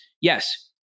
yes